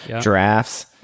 giraffes